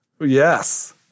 Yes